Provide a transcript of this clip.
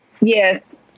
Yes